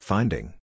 Finding